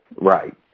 Right